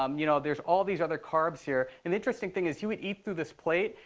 um you know, there's all these other carbs here. and the interesting thing is he would eat through this plate,